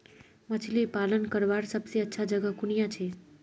मछली पालन करवार सबसे अच्छा जगह कुनियाँ छे?